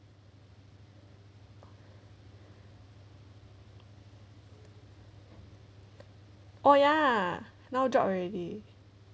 oh ya no drop already